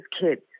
kids